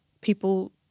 people